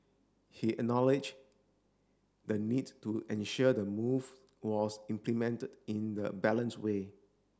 he acknowledge the need to ensure the move was implemented in the balance way